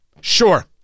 Sure